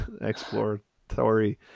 exploratory